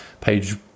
page –